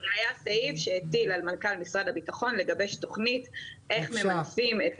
היה סעיף שהטיל על מנכ"ל משרד הבטחון לגבש תכנית איך ממנפים את